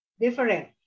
different